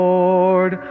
Lord